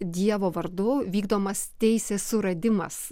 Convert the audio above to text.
dievo vardu vykdomas teisės suradimas